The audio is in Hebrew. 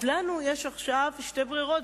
אז לנו יש עכשיו שתי ברירות,